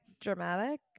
dramatic